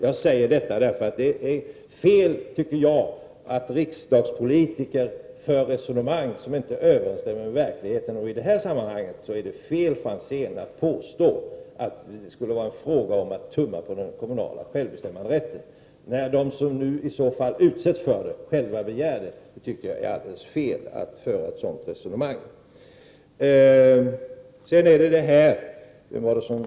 Jag säger detta därför att jag tycker att det är fel att riksdagspolitiker för resonemang som inte överensstämmer med verkligheten. Det är i detta sammanhang fel, Franzén, att påstå att man här skulle tumma på den kommunala självbestämmande rätten. Det är alldeles fel att föra ett sådant resonemang när de som nu blir föremål för åtgärderna själva begär att få bli det.